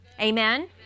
Amen